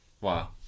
wow